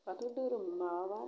बाथौ धोरोम माबाबा